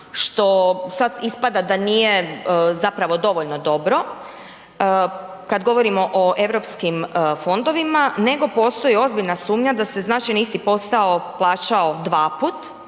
što sad ispada da nije zapravo dovoljno dobro, kad govorimo o europskim fondovima, nego postoji ozbiljna sumnja da se znači na isti posao plaćao dva put,